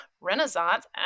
renaissance